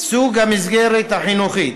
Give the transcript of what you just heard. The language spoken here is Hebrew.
סוג המסגרת החינוכית: